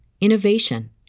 innovation